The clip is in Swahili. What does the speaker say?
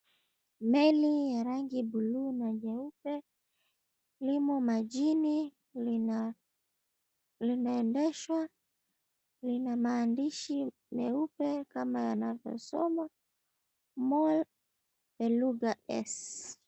Meli ya rangi buluu na nyeupe, limo majini, linaendeshwa, lina maandishi meupe kama anavyosoma, "Mall Elugha S."